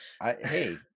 hey